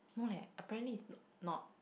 no leh apparently is not